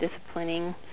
disciplining